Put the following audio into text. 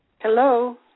Hello